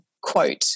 quote